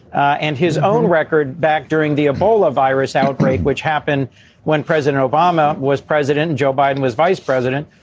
and his own record back during the ebola virus outbreak, which happened when president obama was president, joe biden was vice president.